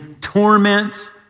torment